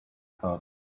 thought